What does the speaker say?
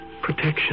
protection